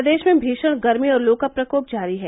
प्रदेश में भीषण गर्मी और लू का प्रकोप जारी है